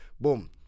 Boom